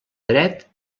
dret